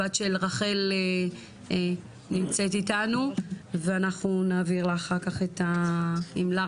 הבת של רחל נמצאת איתנו ואנחנו נעביר לה עם לרה